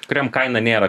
kuriam kaina nėra